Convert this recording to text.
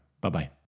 Bye-bye